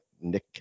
Nick